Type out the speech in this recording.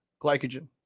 glycogen